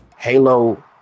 Halo